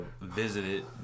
visited